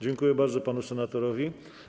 Dziękuję bardzo panu senatorowi.